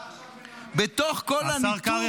אתה עכשיו מנרמל --- השר קרעי,